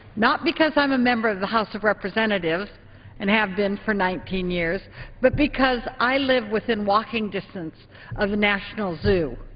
not because i'm a member of the house of representatives and have been for nineteen years but because i live within walking distance of the national zoo.